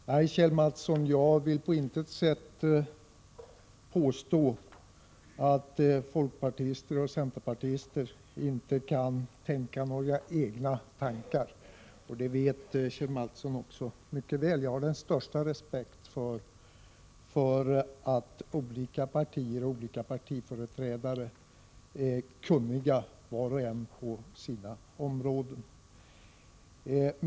Herr talman! Nej, Kjell Mattsson, jag vill på intet sätt påstå att folkpartister och centerpartister inte kan tänka några egna tankar, och det vet Kjell Mattsson mycket väl. Jag har den största respekt för den kunnighet som finns inom olika partier och hos deras företrädare inom dessas resp. områden.